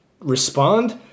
respond